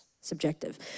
subjective